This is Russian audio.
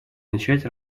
начать